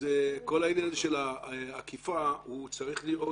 כל העניין של האכיפה צריך להיות,